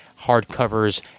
hardcovers